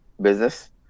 business